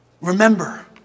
Remember